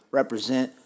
represent